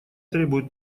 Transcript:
требуют